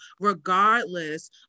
regardless